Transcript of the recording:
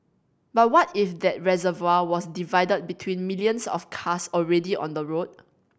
but what if that reservoir was divided between millions of cars already on the road